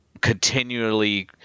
continually